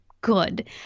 Good